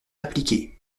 appliquée